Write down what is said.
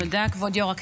תודה, כבוד היו"ר.